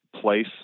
place